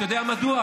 אתה יודע מדוע?